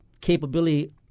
capability